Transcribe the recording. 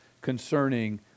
concerning